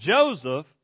Joseph